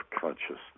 consciousness